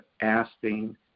asking